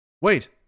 Wait